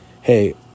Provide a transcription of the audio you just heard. hey